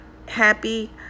Happy